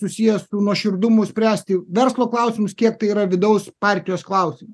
susiję su nuoširdumu spręsti verslo klausimus kiek tai yra vidaus partijos klausimai